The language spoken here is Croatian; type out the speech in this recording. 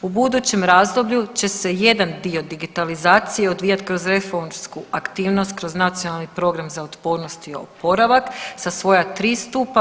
U budućem razdoblju će se jedan dio digitalizacije odvijati kroz reformsku aktivnost, kroz Nacionalni program za otpornost i oporavak sa svoja 3 stupa.